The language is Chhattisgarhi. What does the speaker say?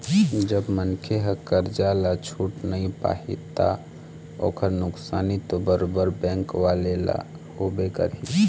जब मनखे ह करजा ल छूट नइ पाही ता ओखर नुकसानी तो बरोबर बेंक वाले ल होबे करही